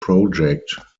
project